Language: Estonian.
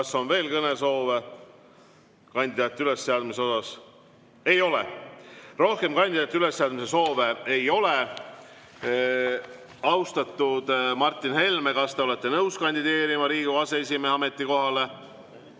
Kas on veel kõnesoove, kandidaatide ülesseadmise soove? Ei ole. Rohkem kandidaatide ülesseadmise soove ei ole. Austatud Martin Helme, kas te olete nõus kandideerima Riigikogu aseesimehe ametikohale?